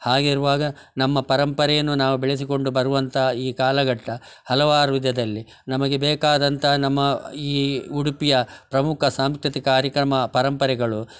ಹಾಗಿರುವಾಗ ನಮ್ಮ ಪರಂಪರೆಯನ್ನು ನಾವು ಬೆಳೆಸಿಕೊಂಡು ಬರುವಂಥ ಈ ಕಾಲಘಟ್ಟ ಹಲವಾರು ವಿಧದಲ್ಲಿ ನಮಗೆ ಬೇಕಾದಂಥ ನಮ್ಮ ಈ ಉಡುಪಿಯ ಪ್ರಮುಖ ಸಾಂಸ್ಕೃತಿಕ ಕಾರ್ಯಕ್ರಮ ಪರಂಪರೆಗಳು